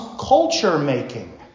culture-making